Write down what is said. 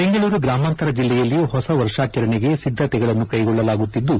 ಬೆಂಗಳೂರು ಗ್ರಾಮಾಂತರ ಜಿಲ್ಲೆಯಲ್ಲಿ ಹೊಸ ವರ್ಷಾಚರಣೆಗೆ ಸಿದ್ದತೆಗಳನ್ನು ಕೈಗೊಳ್ಳಲಾಗುತ್ತಿದ್ದು